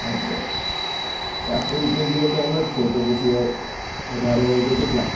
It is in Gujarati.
હા એટલે ચારસો રૂપિયા કિલો તો એમ જ છે તો પછી વધારે હોય તો કેટલા